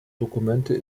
dokumente